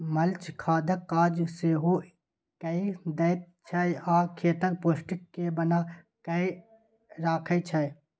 mulch खादक काज सेहो कए दैत छै आ खेतक पौष्टिक केँ बना कय राखय छै